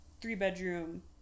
three-bedroom